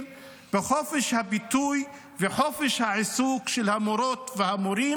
בחופש הביטוי וחופש העיסוק של המורים והמורות,